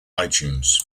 itunes